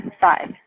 five